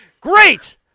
Great